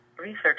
research